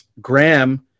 Graham